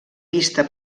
vista